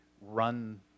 run